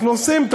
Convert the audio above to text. אנחנו עושים.